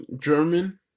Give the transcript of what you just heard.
German